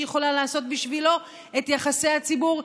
שהיא יכולה לעשות בשבילו את יחסי הציבור,